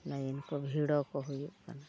line ᱠᱚ ᱵᱷᱤᱲ ᱠᱚ ᱦᱩᱭᱩᱜ ᱠᱟᱱᱟ